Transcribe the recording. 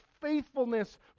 faithfulness